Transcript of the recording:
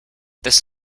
this